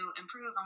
improve